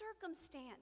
circumstance